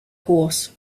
horse